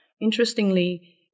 interestingly